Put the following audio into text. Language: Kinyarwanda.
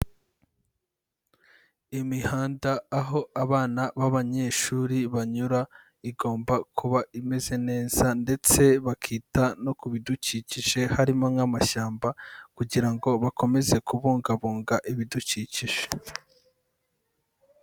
Imihanda aho abana b'abanyeshuri banyura igomba kuba imeze neza ndetse bakita no ku bidukikije, harimo nk'amashyamba kugira ngo bakomeze kubungabunga ibidukikije.